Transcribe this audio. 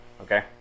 Okay